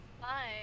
Hi